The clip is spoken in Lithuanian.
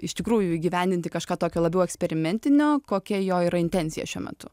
iš tikrųjų įgyvendinti kažką tokio labiau eksperimentinio kokia jo yra intencija šiuo metu